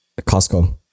Costco